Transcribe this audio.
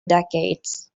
decades